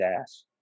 ass